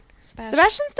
Sebastian's